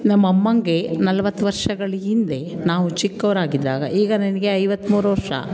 ನಮ್ಮಮ್ಮನಿಗೆ ನಲವತ್ತು ವರ್ಷಗಳ ಹಿಂದೆ ನಾವು ಚಿಕ್ಕವರಾಗಿದ್ದಾಗ ಈಗ ನ ಐವತ್ತ್ಮೂರು ವರ್ಷ